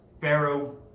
pharaoh